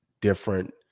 different